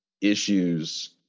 issues